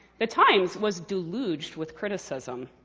the times was deluged with criticism.